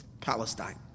Palestine